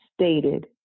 Stated